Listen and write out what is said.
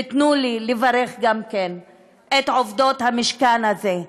ותנו לי לברך גם את עובדות המשכן הזה,